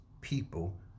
people